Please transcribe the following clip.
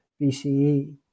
BCE